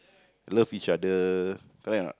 love each other correct or not